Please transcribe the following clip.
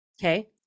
Okay